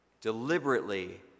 deliberately